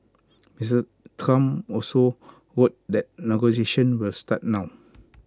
Mister Trump also wrote that negotiations will start now